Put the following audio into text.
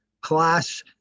class